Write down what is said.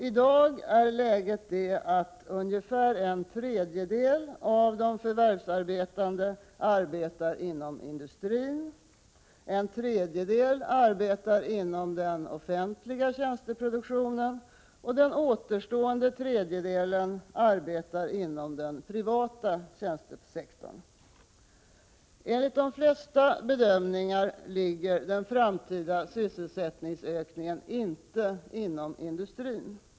I dag är läget det att ungefär en tredjedel av de förvärvsarbetande arbetar inom industrin, en tredjedel inom den offentliga tjänsteproduktionen och den återstående tredjedelen inom den privata tjänstesektorn. Enligt de flesta bedömningar ligger den framtida sysselsättningsökningen inte inom industrin.